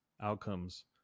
outcomes